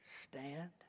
Stand